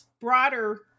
broader